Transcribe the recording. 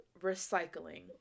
recycling